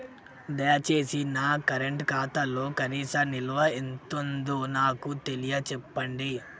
దయచేసి నా కరెంట్ ఖాతాలో కనీస నిల్వ ఎంతుందో నాకు తెలియచెప్పండి